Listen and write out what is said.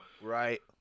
Right